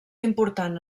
important